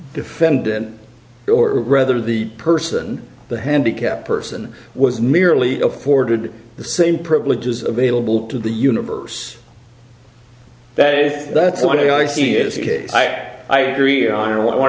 defendant or rather the person the handicapped person was merely afforded the same privileges available to the universe that is that's what i see is the case i agree on